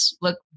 look